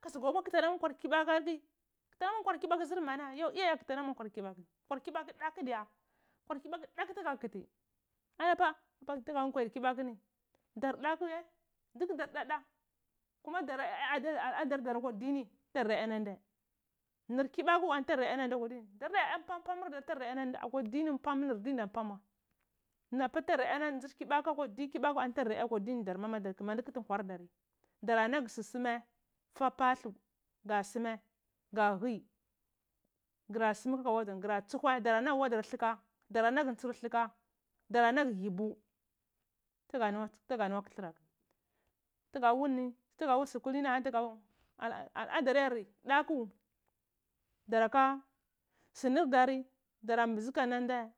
kasa go nungwa namu kotu namur nkwar lebakor wai kullamur kwar kibako zurna yo iya ya koti ɗlamir nkwar kilahu nkwar kibaku datu diya kwar kibaku daku ga kufi ai pa nkwar kibo ku tuga ha ni da daku ye duk dar da dla kuma dora ya aladae darakwa dini nur kibbatu antudarna yanai nheh ahwa dini pump um diya anahani tudoro yola ndeh akwa dini pup pam mapor ahani tudar da ya la ngir kiba ku akwa dir kbuten anfu darda ya akwa dir kibako darma man ndu hutu nkwardar dara lagir sur suma fa pulu go suma ga hui gra suma kaka wazar nheh gra tsufai dara nagheh audar dhlulka dara nag eh ntsir dhluka dara lago dil bu tuga nunwai kilir akuri tuga wul ni tuga wul sur kulimini alakar yare daku daraka sunur dari daran buzuka nandai.